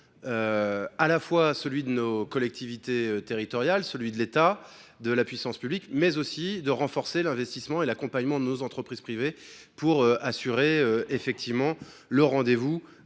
à la fois celui de nos collectivités territoriales et de la puissance publique, mais aussi renforcer l’investissement et l’accompagnement de nos entreprises privées pour être au rendez vous